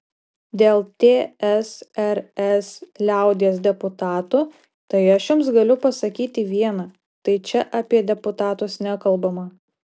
dėl tsrs liaudies deputatų tai aš jums galiu pasakyti viena tai čia apie deputatus nekalbama